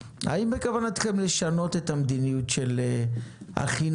האם בכוונתכם לשנות את המדיניות החינמית